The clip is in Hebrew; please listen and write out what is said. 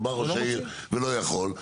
או בא ראש העיר אני לא יכול,